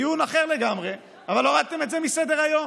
דיון אחר לגמרי, אבל הורדתם את זה מסדר-היום.